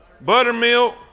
buttermilk